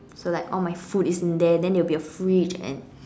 so like all my food is in there then there will be a fridge and